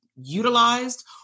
utilized